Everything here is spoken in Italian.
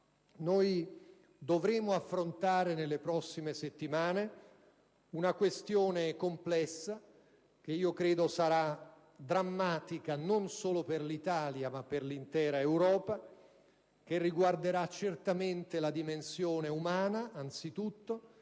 Dovremo affrontare nelle prossime settimane una questione complessa, che credo sarà drammatica non solo per l'Italia, ma per l'intera Europa. Essa riguarderà certamente anzitutto la dimensione umana, di